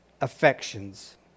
affections